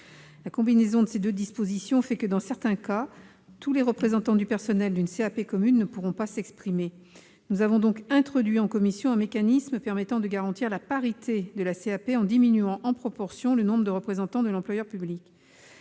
La combinaison de ces deux dispositions fait que, dans certains cas, tous les représentants du personnel d'une CAP commune ne pourront pas s'exprimer. Nous avons donc introduit, en commission, un mécanisme permettant de garantir la parité de la CAP en diminuant, en proportion, le nombre de représentants de l'employeur public.